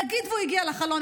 נגיד שהוא הגיע לחלון,